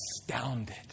astounded